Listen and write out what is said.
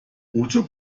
wozu